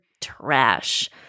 trash